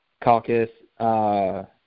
Caucus